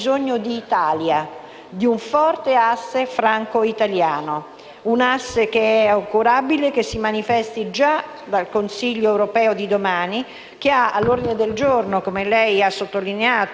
un asse che è augurabile si manifesti già dal Consiglio europeo di domani che ha all'ordine del giorno, come lei ha sottolineato e come ci ha illustrato ampiamente, alcuni dei dossier più importanti,